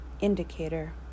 Indicator